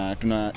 tuna